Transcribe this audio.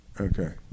Okay